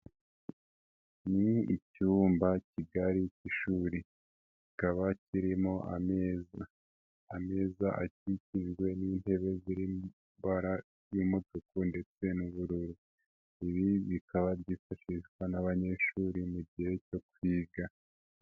Ni icyumba kigari cy'ishuri, kikaba kirimo ameza, ameza akikijwe n'intebe zirimo amabara y'umutuku ndetse n'ubururu, ibi bikaba byifashishwa n'abanyeshuri mu gihe cyo kwiga.